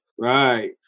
Right